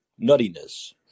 nuttiness